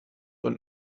und